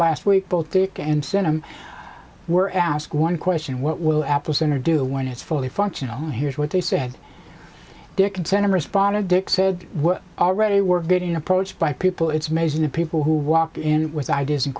last week both dick and sent him were ask one question what will apple center do when it's fully functional here's what they said they're consenting responded dick said already we're getting approached by people it's amazing the people who walked in with ideas and